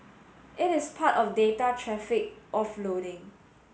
it is part of data traffic offloading